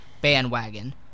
bandwagon